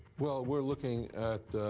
well, we're looking